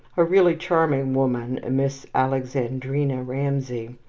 a really charming woman, a miss alexandrina ramsay,